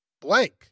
Blank